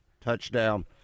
touchdown